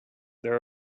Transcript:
there